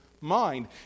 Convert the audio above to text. mind